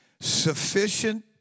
Sufficient